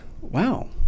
wow